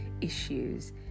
issues